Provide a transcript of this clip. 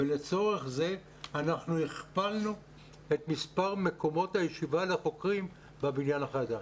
לצורך זה אנחנו הכפלנו את מספר מקומות הישיבה לחוקרים בבניין החדש.